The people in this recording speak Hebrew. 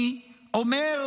אני אומר,